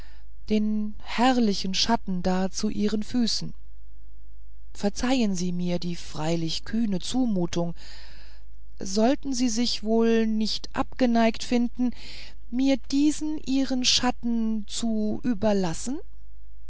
den herrlichen schatten da zu ihren füßen verzeihen sie mir die freilich kühne zumutung sollten sie sich wohl nicht abgeneigt finden mir diesen ihren schatten zu überlassen